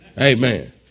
Amen